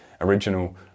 original